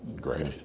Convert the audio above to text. great